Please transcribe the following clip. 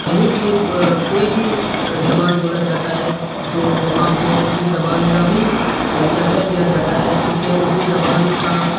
کہیں بھی کوئی بھی زبان بولا جاتا ہے تو وہاں پہ اردو زبان کا بھی چرچا کیا جاتا ہے چونکہ اردو زبان کا